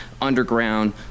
underground